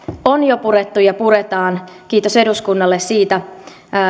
on jo purettu ja puretaan kiitos eduskunnalle siitä